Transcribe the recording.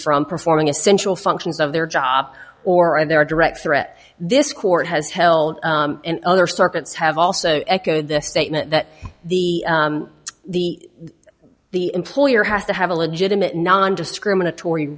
from performing essential functions of their job or and their direct threat this court has held in other circuits have also echoed the statement that the the the employer has to have a legitimate nondiscriminatory